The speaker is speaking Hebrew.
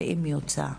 אם יוצע.